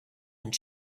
and